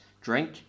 drink